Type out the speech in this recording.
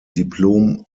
diplom